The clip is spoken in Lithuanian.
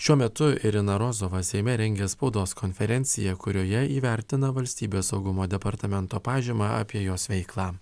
šiuo metu irina rozova seime rengia spaudos konferenciją kurioje įvertina valstybės saugumo departamento pažymą apie jos veiklą